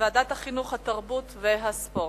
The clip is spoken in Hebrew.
לוועדת החינוך, התרבות והספורט.